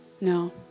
no